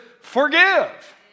forgive